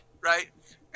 Right